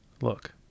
Look